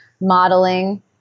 modeling